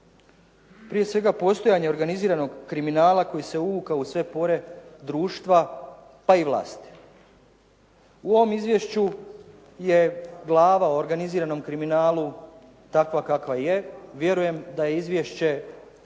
Prije svega postojanje organiziranog kriminala koji se uvukao u sve pore društva, pa i vlasti. U ovom izvješću je glava organiziranom kriminalu takva kakva je, vjerujem da je izvješće pisano